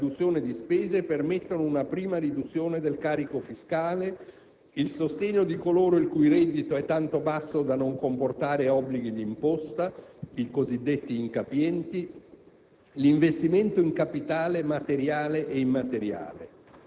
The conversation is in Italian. I mezzi ricavati dal recupero di imposte evase e dalla riduzione di spese permettono una prima riduzione del carico fiscale, il sostegno di coloro il cui reddito è tanto basso da non comportare obblighi di imposta (i cosiddetti incapienti),